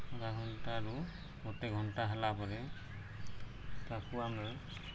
ଆଧଘଣ୍ଟାରୁ ଗୋଟେ ଘଣ୍ଟା ହେଲା ପରେ ତାକୁ ଆମେ